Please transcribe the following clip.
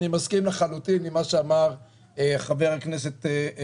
אני מסכים לחלוטין עם מה שאמר חבר הכנסת אזולאי.